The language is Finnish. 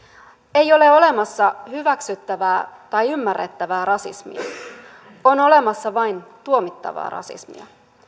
ei ole olemassa hyväksyttävää tai ymmärrettävää rasismia on olemassa vain tuomittavaa rasismia